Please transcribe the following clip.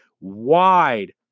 wide